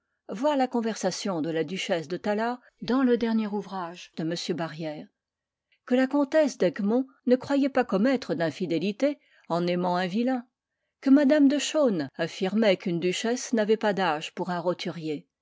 voir la conversation de la duchesse de tallard dans le dernier ouvrage de m barrière que la comtesse d'egmont ne croyait pas commettre d'infidélité en aimant un vilain que madame de chaulnes affirmait qu'une duchesse n'avait pas d'âge pour un roturier